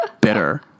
bitter